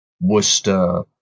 Worcester